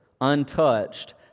untouched